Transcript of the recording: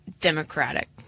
Democratic